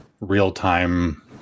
real-time